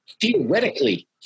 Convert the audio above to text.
Theoretically